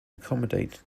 accommodate